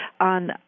on